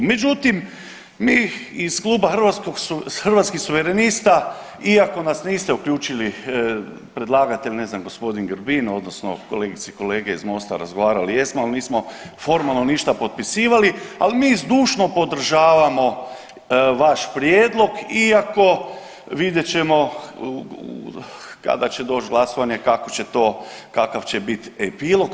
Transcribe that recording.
Međutim, mi iz kluba Hrvatskih suverenista iako nas niste uključili predlagatelj ne znam g. Grbin odnosno kolegice i kolege iz Mosta razgovarali jesmo, ali nismo formalno ništa potpisivali, ali mi zdušno podržavamo vaš prijedlog iako vidjet ćemo kada će doć glasovanje kakav će bit epilog.